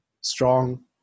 strong